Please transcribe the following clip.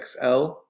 XL